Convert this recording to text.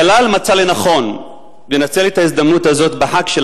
דלאל מצאה לנכון לנצל את ההזדמנות הזאת בחג של